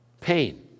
Pain